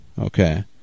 okay